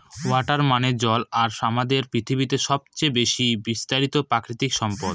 water মানে জল আর আমাদের পৃথিবীতে সবচেয়ে বেশি বিস্তারিত প্রাকৃতিক সম্পদ